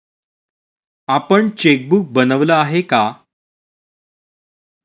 आपण चेकबुक बनवलं आहे का?